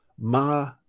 Ma